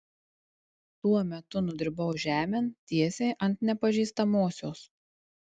tuo metu nudribau žemėn tiesiai ant nepažįstamosios